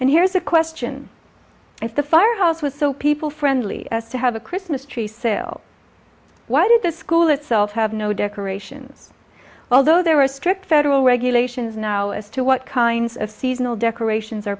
and here's a question if the firehouse was so people friendly as to have a christmas tree sale why did the school itself have no decorations although there are strict federal regulations now as to what kinds of seasonal decorations are